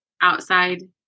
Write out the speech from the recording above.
outside